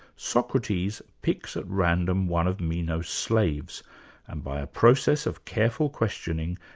socrates picks at random one of meno's slaves and by a process of careful questioning,